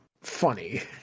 funny